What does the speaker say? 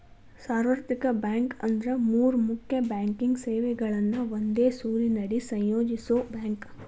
ಸಾರ್ವತ್ರಿಕ ಬ್ಯಾಂಕ್ ಅಂದ್ರ ಮೂರ್ ಮುಖ್ಯ ಬ್ಯಾಂಕಿಂಗ್ ಸೇವೆಗಳನ್ನ ಒಂದೇ ಸೂರಿನಡಿ ಸಂಯೋಜಿಸೋ ಬ್ಯಾಂಕ್